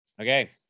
Okay